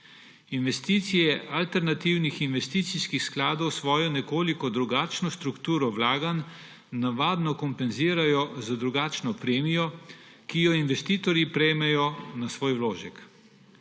Investicije alternativnih investicijskih skladov svojo nekoliko drugačno strukturo vlaganj navadno kompenzirajo z drugačno premijo, ki jo investitorji prejmejo na svoj vložek.